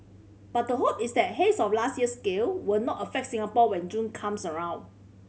but the hope is that haze of last year's scale will not affect Singapore when June comes around